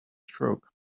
struck